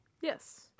Yes